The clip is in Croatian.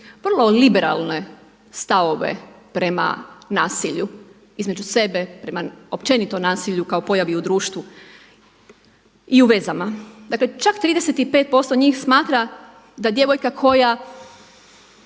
vrlo liberalne stavove prema nasilju između sebe prema općenito nasilju kao pojavi u društvu i u vezama. Dakle, čak 35% njih smatra da djevojka koja